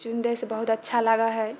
चुन दैसँ बहुत अच्छा लागै हइ